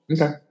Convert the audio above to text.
Okay